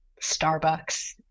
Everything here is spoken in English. Starbucks